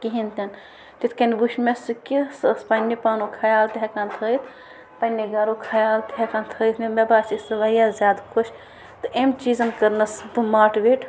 کِہیٖنۍ تہِ نہٕ تِتھ کَنۍ وٕچھ نہٕ مےٚ سُہ کہِ سُہ ٲس پنٛنہِ پانُک خیال تہِ ہٮ۪کان تھٲوِتھ پنٛنہِ گَرُک خیال تہِ ہٮ۪کان تھٲوِتھ مےٚ باسے سُہ واریاہ زیادٕ خۄش تہٕ أمۍ چیٖزَن کٔرنَس بہٕ ماٹٕویٹ